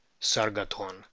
Sargaton